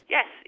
Yes